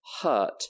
hurt